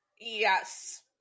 Yes